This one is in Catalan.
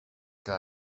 que